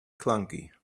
clunky